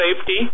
safety